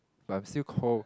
but I'm still cold